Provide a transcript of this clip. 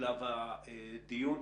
לשלב הדיון.